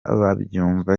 babyumva